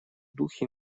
духе